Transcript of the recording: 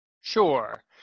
Sure